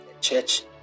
church